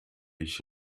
ich